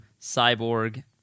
Cyborg